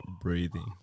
breathing